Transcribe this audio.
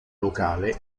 locale